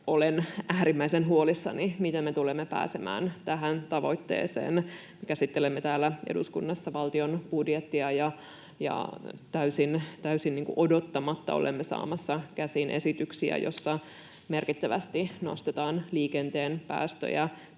Olen äärimmäisen huolissani siitä, miten me tulemme pääsemään tähän tavoitteeseen. Me käsittelemme täällä eduskunnassa valtion budjettia, ja täysin odottamatta olemme saamassa käsiin esityksiä, joissa merkittävästi nostetaan liikenteen päästöjä.